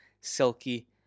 Silky